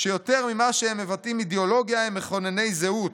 שיותר ממה שהם מבטאים אידיאולוגיה הם מכונני זהות.